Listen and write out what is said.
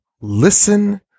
listen